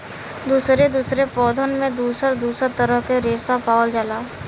दुसरे दुसरे पौधन में दुसर दुसर तरह के रेसा पावल जाला